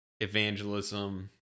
evangelism